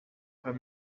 her